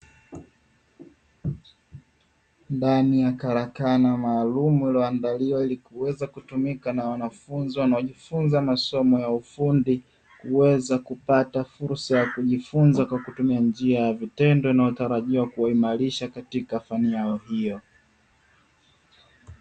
Ndani ya karakana maalumu iiyoandaliwa ili kuweza kutumika na wanafunzi wanaojifunza masomo ya ufundi kuweza kupata fursa ya kujifunza kwa kutumia njia ya vitendo inayotarajiwa kuwaimarisha katika njia yao hio.